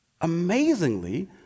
amazingly